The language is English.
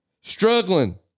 struggling